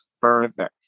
further